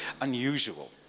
unusual